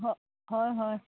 হয় হয়